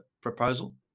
proposal